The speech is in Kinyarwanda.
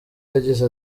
yagize